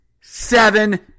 seven